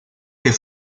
que